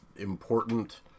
important